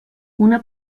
una